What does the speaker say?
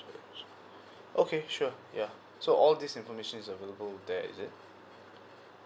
S_G okay sure yeah so all this informations are availble there is it